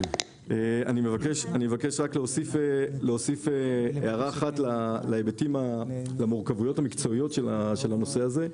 אני מבקש להוסיף הערה אחת למורכבויות המקצועיות של הנושא הזה.